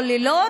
או לילות,